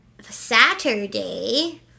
Saturday